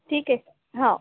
ठीक आहे हो